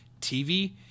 TV